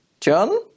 john